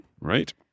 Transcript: Right